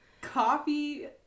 coffee